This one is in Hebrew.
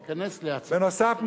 בנוסף,